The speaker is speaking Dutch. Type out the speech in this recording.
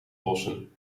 lossen